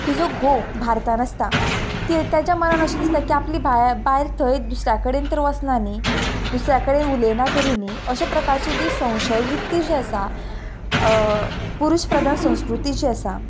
तिजो घो भारतान आसता तीय तेज्या मनान अशें दिसता की आपली बाया बायल थंय दुसऱ्या कडेन तर वसना न्ही दुसऱ्या कडेन उलयना तरी न्ही अशे प्रकारचे जे संशय वृती जी आसा पुरूश प्रदान संस्कृती जी आसा